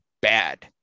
bad